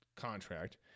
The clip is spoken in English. contract